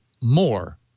more